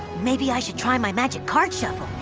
maybe i should try my magic card shuffle.